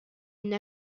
une